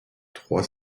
trois